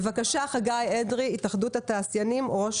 חגי אדרי, בבקשה.